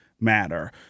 matter